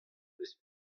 eus